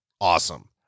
Awesome